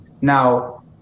Now